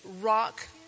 rock